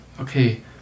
okay